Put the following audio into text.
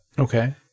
Okay